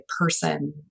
person